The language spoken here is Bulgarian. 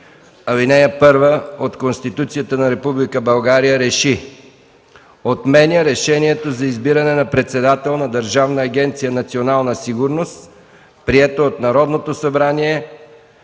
86, ал. 1 от Конституцията на Република България РЕШИ: Отменя Решението за избиране на председател на Държавна агенция „Национална сигурност”, прието от Народното събрание